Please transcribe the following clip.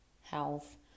health